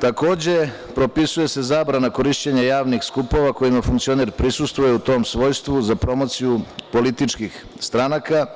Takođe, propisuje se zabrana korišćenja javnih skupova kojima funkcioner prisustvuje u tom svojstvu za promociju političkih stranaka,